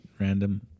random